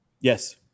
Yes